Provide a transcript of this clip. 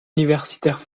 universitaires